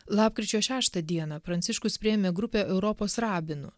lapkričio šeštą dieną pranciškus priėmė grupę europos rabinų